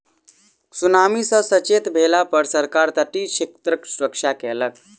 tsunami सॅ सचेत भेला पर सरकार तटीय क्षेत्रक सुरक्षा कयलक